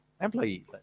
employee